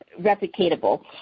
replicatable